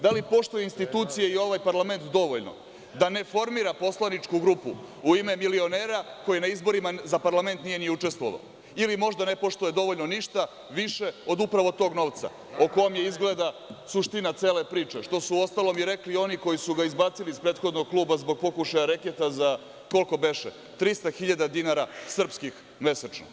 Da li poštuje institucije i ovaj parlament dovoljno da ne formira poslaničku grupu u ime milionera koje na izborima za parlament nije ni učestvovao, ili možda ne poštuje dovoljno ništa više od upravo tog novca, u kojem je izgleda suština cele priče, što su uostalom i rekli oni koji su ga izbacili iz prethodnog kluba zbog pokušala reketa za 300.000 dinara srpskih mesečno?